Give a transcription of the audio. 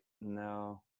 no